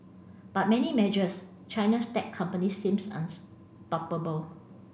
but many measures China's tech companies seems unstoppable